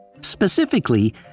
Specifically